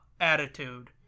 attitude